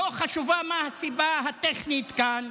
ולא חשובה הסיבה הטכנית כאן,